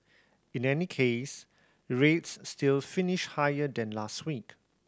in any case rates still finished higher than last week